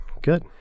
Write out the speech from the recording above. good